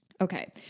okay